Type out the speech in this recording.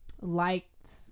liked